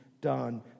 done